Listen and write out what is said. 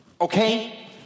okay